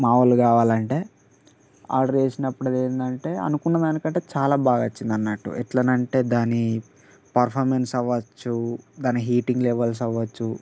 మా వాళ్ళు కావాలంటే ఆర్డర్ చేసినప్పుడు అది ఏంటంటే అనుకున్న దానికంటే చాలా బాగా వచ్చిందన్నట్టు ఎట్లని అంటే దాని పర్ఫార్మెన్స్ అవ్వచ్చు దాని హీటింగ్ లెవల్స్ అవ్వచ్చు